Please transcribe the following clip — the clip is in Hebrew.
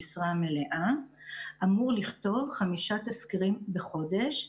במשרה מלאה אמורה לכתוב חמישה תסקירים בחודש,